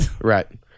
Right